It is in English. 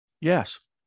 Yes